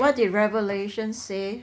what did revelation say